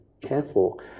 careful